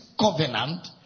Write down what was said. covenant